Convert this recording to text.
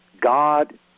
God